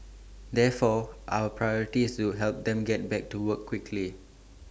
therefore our priority is to help them get back to work quickly